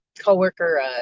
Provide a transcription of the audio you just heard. coworker